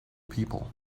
people